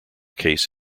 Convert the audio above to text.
case